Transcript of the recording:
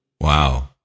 Wow